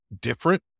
different